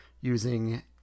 using